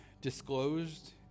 disclosed